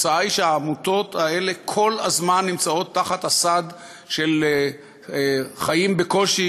והתוצאה היא שהעמותות האלה כל הזמן נמצאות תחת הסד של חיים בקושי,